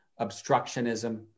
obstructionism